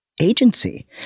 agency